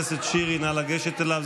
נא לגשת לחבר הכנסת שירי.